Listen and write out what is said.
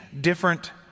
different